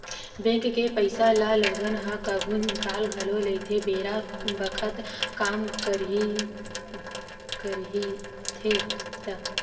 bank के पइसा ल लोगन ह कभु निकाल घलो लेथे बेरा बखत काम रहिथे ता